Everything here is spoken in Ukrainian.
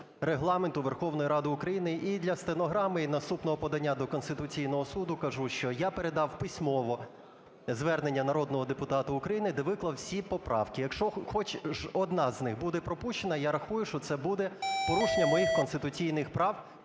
Регламенту Верховної Ради України. І для стенограми, і наступного подання до Конституційного Суду кажу, що я передав письмово звернення народного депутата України, де виклав всі поправки. Якщо хоч одна з них буде пропущена, я рахую, що це буде порушення моїх конституційних прав